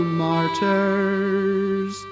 martyrs